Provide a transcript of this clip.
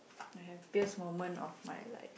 the happiest moment of my life